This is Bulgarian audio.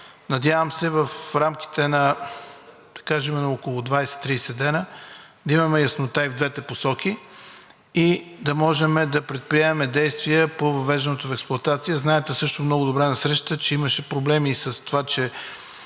Надявам се, в рамките, да кажем, на 20 – 30 дни, да имаме яснота и в двете посоки и да можем да предприемем действия по въвеждането в експлоатация. Знаете също много добре от срещата, че имаше проблеми и с това, че